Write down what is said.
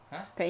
!huh!